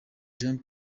jean